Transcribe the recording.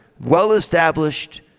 well-established